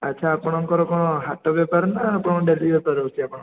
ଆଚ୍ଛା ଆପଣଙ୍କର କ'ଣ ହାଟ ବେପାର ନା ଆପଣଙ୍କ ଡେଲି ବେପାର ହେଉଛି ଆପଣଙ୍କର